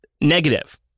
Negative